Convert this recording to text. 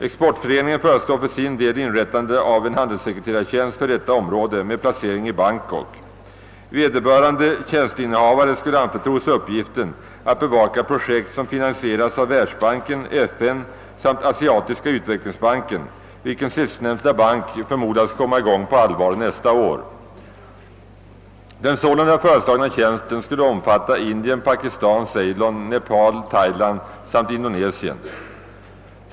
Exportföreningen föreslår inrättande av en handelssekreterartjänst för detta område med placering i Bangkok. Vederbörande tjänstinnehavare skulle anförtros uppgiften att bevaka projekt som finansieras av Världsbanken, FN och Asiatiska utvecklingsbanken, vilken sistnämnda förmodas komma i gång på allvar nästa år. Den sålunda föreslagna tjänsten skulle omfatta Indien, Pakistan, Ceylon, Nepal, Thailand och Indonesien.